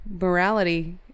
morality